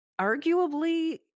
arguably